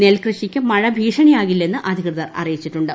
നെൽകൃഷിക്ക് മഴ ഭീഷണിയാകില്ലെന്ന് അധികൃതർ അറിയിച്ചിട്ടുണ്ട്